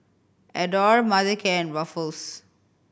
Adore Mothercare and Ruffles